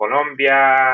Colombia